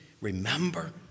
remember